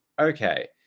okay